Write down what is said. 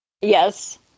yes